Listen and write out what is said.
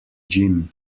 gym